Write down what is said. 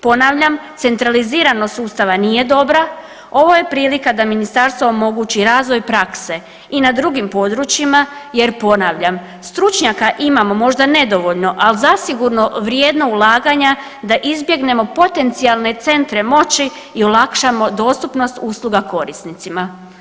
Ponavljam, centraliziranost sustava nije dobra, ovo je prilika da ministarstvo omogući razvoj prakse i na drugim područjima jer ponavljam stručnjaka imamo možda nedovoljno ali zasigurno vrijedno ulaganja da izbjegnemo potencijalne centre moći i olakšamo dostupnost usluga korisnicima.